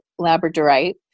labradorite